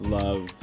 love